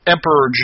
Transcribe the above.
Emperor